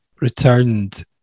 returned